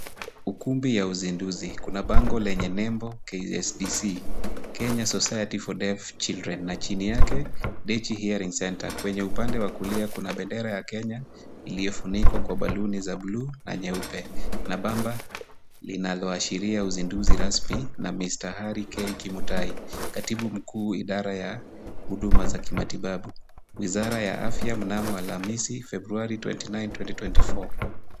Ukumbi ya uzinduzi. Kuna bango lenye nembo KSDC, Kenya Society for Deaf Children na chini yake Dechi Hearing Centre. Kwenye upande wa kulia kuna bendera ya Kenya iliyofunikwa kwa balloon za bluu na nyeupe na bamba linaloashiria uzinduzi rasmi na Mr Harry K. Kimutai, katibu mkuu idara ya huduma za kimatibabu, Wizara ya Afya mnamo Alhamisi Februari twenty nine, twenty twenty four .